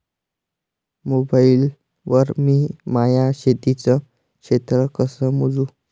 Mobile वर मी माया शेतीचं क्षेत्र कस मोजू?